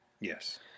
Yes